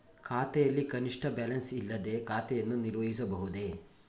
ಖಾತೆಯಲ್ಲಿ ಕನಿಷ್ಠ ಬ್ಯಾಲೆನ್ಸ್ ಇಲ್ಲದೆ ಖಾತೆಯನ್ನು ನಿರ್ವಹಿಸಬಹುದೇ?